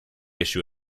issue